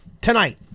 tonight